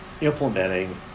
implementing